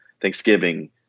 Thanksgiving